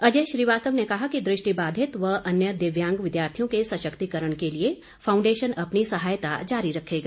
अजय श्रीवास्तव ने कहा कि दृष्टिबाधित व अन्य विकलांग विद्यार्थियों के सशक्तिकरण के लिए फाउंडेशन अपनी सहायता जारी रखेगा